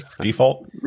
default